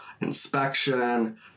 inspection